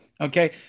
Okay